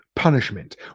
Punishment